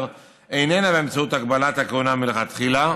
איננה באמצעות הגבלת הכהונה מלכתחילה,